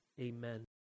amen